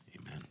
amen